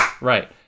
right